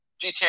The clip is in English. GTA